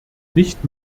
nicht